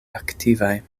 aktivaj